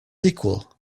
sequel